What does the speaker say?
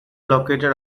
located